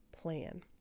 plan